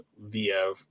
via